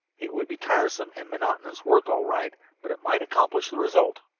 it would be tiresome and monotonous work, all right, but it might accomplish the result.